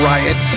Riot